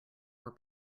were